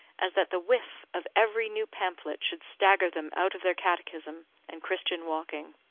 as that the whiff of every new pamphlet should stagger them out of their catechism and christian walking.